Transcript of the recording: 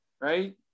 right